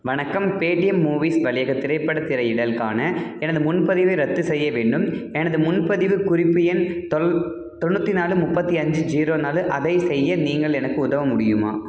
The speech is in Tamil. வணக்கம் பேடிஎம் மூவீஸ் வழியாகத் திரைப்படத் திரையிடலுக்கான எனது முன்பதிவை ரத்து செய்ய வேண்டும் எனது முன்பதிவுக் குறிப்பு எண் தொள் தொண்ணூற்றி நாலு முப்பத்தி அஞ்சு ஜீரோ நாலு அதைச் செய்ய நீங்கள் எனக்கு உதவ முடியுமா